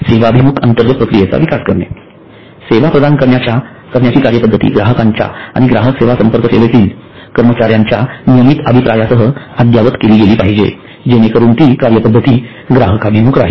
सेवाभिमुख अंतर्गत प्रक्रियेचा विकास करणे सेवा प्रदान करण्याची कार्यपद्धती ग्राहकांच्या आणि ग्राहक सेवा संपर्क सेवेतील कर्मचाऱ्यांच्या नियमित अभिप्रायासह अद्यावत केली गेली पाहिजे जेणेकरून ती कार्यपद्धती ग्राहकाभिमुख राहील